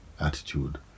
attitude